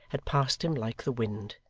had passed him like the wind.